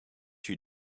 you